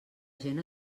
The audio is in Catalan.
gent